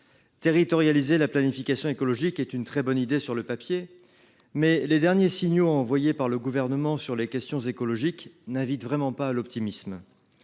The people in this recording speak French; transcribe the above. Territorialiser la planification écologique est une très bonne idée sur le papier, mais les derniers signaux envoyés par le Gouvernement sur les questions écologiques n’invitent pas à l’optimisme.